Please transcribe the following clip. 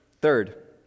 third